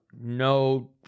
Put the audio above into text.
no